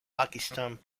pakistan